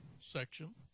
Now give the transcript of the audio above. section